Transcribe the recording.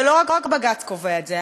ולא רק בג"ץ קובע את זה,